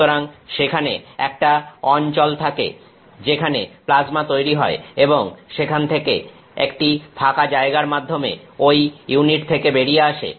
সুতরাং সেখানে একটা অঞ্চলে থাকে যেখানে প্লাজমা তৈরি হয় এবং সেখান থেকে একটি ফাঁকা জায়গার মাধ্যমে ঐ ইউনিট থেকে বেরিয়ে আসে